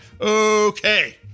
okay